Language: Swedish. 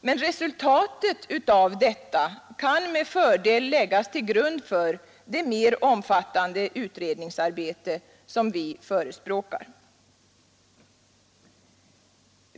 Resultatet av detta kan med fördel läggas till grund för det mer omfattande utredningsarbete som vi förespråkar.